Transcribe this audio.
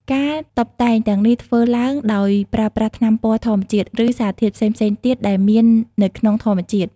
ការតុបតែងទាំងនេះធ្វើឡើងដោយប្រើប្រាស់ថ្នាំពណ៌ធម្មជាតិ ឬសារធាតុផ្សេងៗទៀតដែលមាននៅក្នុងធម្មជាតិ។